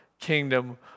kingdom